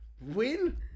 win